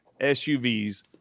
SUVs